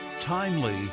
timely